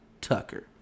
Tucker